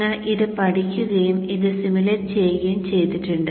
നിങ്ങൾ ഇത് പഠിക്കുകയും ഇത് സിമുലേറ്റ് ചെയ്യുകയും ചെയ്തിട്ടുണ്ട്